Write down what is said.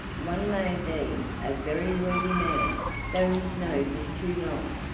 one may be a very worthy man though his nose is too long.